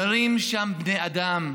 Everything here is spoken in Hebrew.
גרים שם בני אדם.